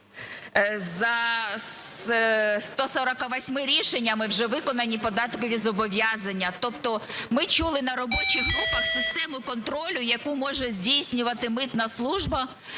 за 148 рішеннями вже виконані податкові зобов'язання. Тобто ми чули на робочих групах систему контролю, яку може здійснювати митна служба,